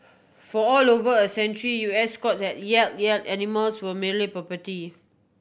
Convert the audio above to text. for all over a century U S courts have held that animals were merely property